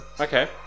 Okay